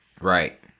Right